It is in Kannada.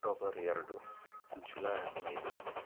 ನವಂಬರ್ ಎರಡು ಜುಲೈ ಹದಿನೈದು